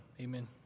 Amen